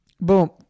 Boom